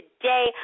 today